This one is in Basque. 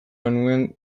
genuen